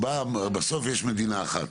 בסוף, יש מדינה אחת